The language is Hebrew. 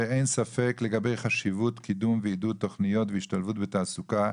שאין ספק לגבי חשיבות קידום ועידוד תכניות והשתלבות בתעסוקה.